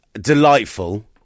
delightful